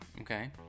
Okay